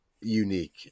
unique